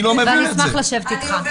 ואני אשמח לשבת איתך.